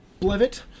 Blevitt